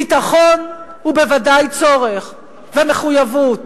ביטחון הוא בוודאי צורך ומחויבות.